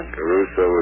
Caruso